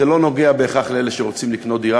זה לא נוגע בהכרח לאלה שרוצים לקנות דירה